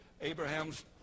Abraham's